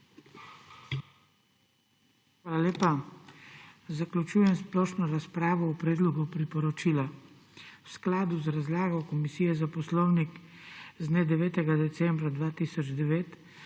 Hvala lepa. Zaključujem splošno razpravo o predlogu priporočila. V skladu z razlago Komisije za poslovnik z dne 9. decembra 2009